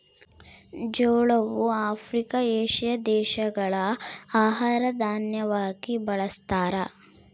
ಜೋಳವು Africa, Asia ದೇಶಗಳ ಆಹಾರ ದಾನ್ಯವಾಗಿ ಬಳಸ್ತಾರ